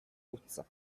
puzza